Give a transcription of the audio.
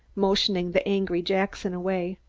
motioning the angry jackson away.